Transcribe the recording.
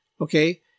okay